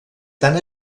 tan